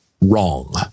wrong